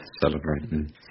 celebrating